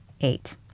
eight